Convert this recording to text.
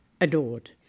adored